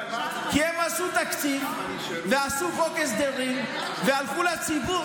כי הם עשו תקציב ועשו חוק הסדרים והלכו לציבור,